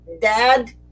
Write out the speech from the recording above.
dad